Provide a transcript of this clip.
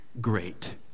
great